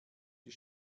die